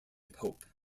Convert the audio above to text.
pope